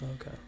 okay